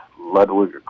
Ludwig